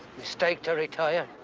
mistake to retire.